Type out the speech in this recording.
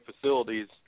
facilities